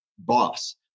boss